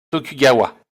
tokugawa